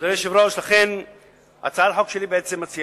אדוני היושב-ראש, לכן הצעת החוק שלי מציעה